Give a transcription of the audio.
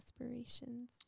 aspirations